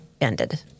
ended